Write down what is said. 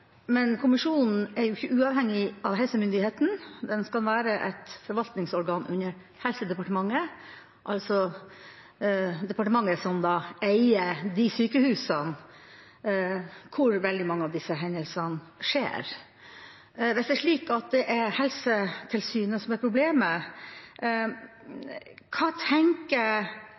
Men kommisjonen er jo ikke uavhengig av helsemyndighetene, den skal være et forvaltningsorgan under Helse- og omsorgsdepartementet, altså departementet som eier de sykehusene hvor veldig mange av disse hendelsene skjer. Hvis Helsetilsynet er problemet, hva tenker